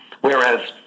whereas